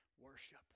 worship